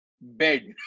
bed